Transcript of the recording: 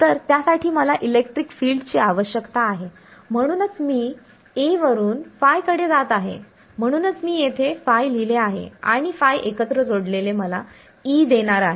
तर त्यासाठी मला इलेक्ट्रिक फील्डची आवश्यकता आहे म्हणूनच मी A वरुन ϕ कडे जात आहे म्हणूनच मी येथे ϕ लिहिले आहे आणि ϕ एकत्र जोडलेले मला E देणार आहेत